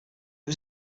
was